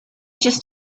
just